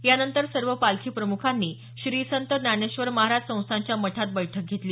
यानंतर सर्व पालखी प्रम्खांनी श्री संत ज्ञानेश्वर महाराज संस्थानच्या मठात बैठक घेतली